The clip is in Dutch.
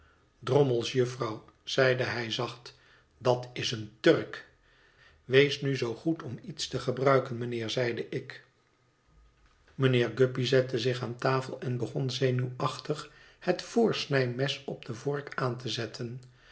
drommels jufvrouw zeide hij zacht dat is een turk wees nu zoo goed om iets te gebruiken mijnheer zeide ik mijnheer guppy zette zich aan tafel en begon zenuwachtig het voorsnijmes op de vork aan te zetten